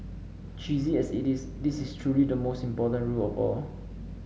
cheesy as it is this is truly the most important rule of all